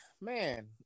man